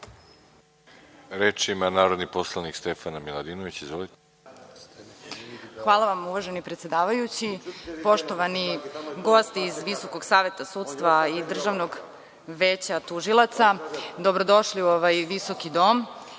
Reč ima narodni poslanik Stefana Miladinović. **Stefana Miladinović** Hvala vam uvaženi predsedavajući. Poštovani gosti iz Visokog saveta sudstva i Državnog veća tužilaca, dobro došli u ovaj visoki dom.